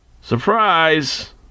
surprise